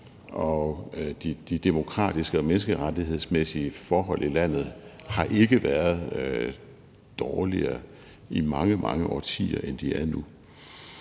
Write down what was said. og de demokratiske og menneskerettighedsmæssige forhold i landet har igennem mange, mange årtier ikke været